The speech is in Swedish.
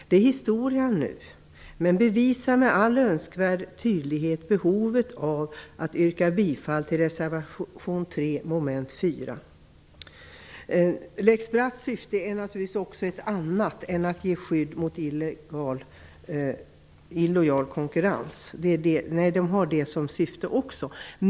Det är historia nu, men det visar med all önskvärd tydlighet behovet av att yrka bifall till reservation 3 Lex Bratts syfte är naturligtvis ett annat än att ge skydd mot illojal konkurrens, även om den har också det som syfte.